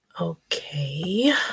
Okay